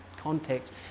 context